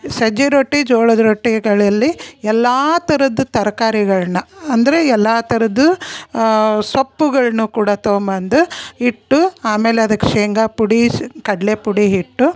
ಸಜ್ಜೆ ರೊಟ್ಟಿ ಜೋಳದ ರೊಟ್ಟಿಗಳಲ್ಲಿ ಎಲ್ಲ ಥರದ ತರಕಾರಿಗಳ್ನ ಅಂದರೆ ಎಲ್ಲ ಥರದ್ದು ಸೊಪ್ಪುಗಳನ್ನೂ ಕೂಡ ತೊಗೊಂಬಂದು ಆಮೇಲೆ ಅದಕ್ಕೆ ಶೇಂಗಾ ಪುಡಿ ಕಡಲೆ ಪುಡಿ ಹಿಟ್ಟು